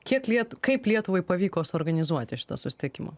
kiek liet kaip lietuvai pavyko suorganizuoti šitą susitikimą